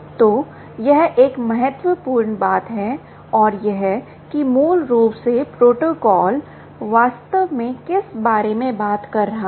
तो यह एक महत्वपूर्ण बात है और यह कि मूल रूप से प्रोटोकॉल वास्तव में किस बारे में बात कर रहा है